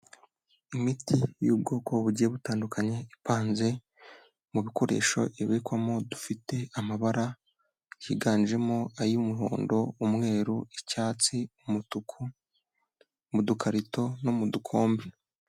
Imiti y'ubwoko bugiye butandukanye ipanze mu bikoresho ibikwamo, dufite amabara higanjemo ay'umuhondo, umweru, icyatsi, umutuku, mu dukarito no mu dukombe.